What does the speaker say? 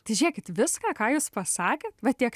tai žiūrėkit viską ką jūs pasakėt va tiek